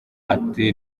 ati